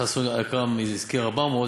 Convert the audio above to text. חבר הכנסת אכרם הזכיר 400,